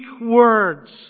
words